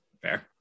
Fair